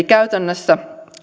käytännössä